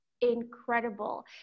incredible